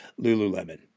Lululemon